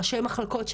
ראשי מחלקות,